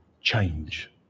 change